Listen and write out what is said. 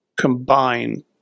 combine